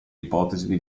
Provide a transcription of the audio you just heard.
ipotesi